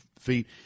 feet